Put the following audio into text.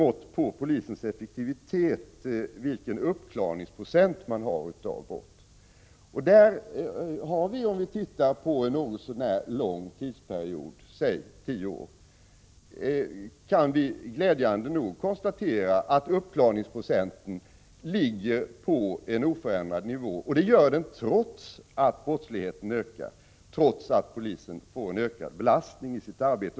Uppklaringsprocenten är naturligtvis ett mycket effektivt mått på polisens effektivitet. Om vi ser på en något så när lång tidsperiod — låt mig säga tio år — kan vi glädjande nog konstatera att uppklaringsprocenten ligger på en oförändrad nivå, och det gör den trots att brottsligheten ökar, trots att polisen får en ökad belastning i sitt arbete.